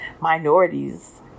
minorities